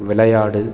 விளையாடு